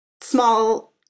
small